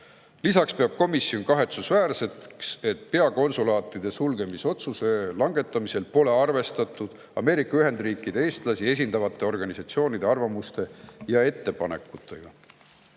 Lisaks peab komisjon kahetsusväärseks, et peakonsulaatide sulgemise otsuse langetamisel pole arvestatud Ameerika Ühendriikides eestlasi esindavate organisatsioonide arvamuste ja ettepanekutega.